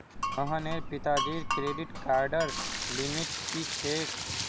मोहनेर पिताजीर क्रेडिट कार्डर लिमिट की छेक